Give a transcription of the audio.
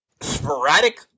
sporadic